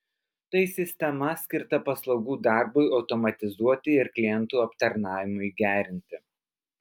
tai sistema skirta paslaugų darbui automatizuoti ir klientų aptarnavimui gerinti